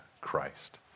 Christ